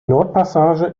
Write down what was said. nordpassage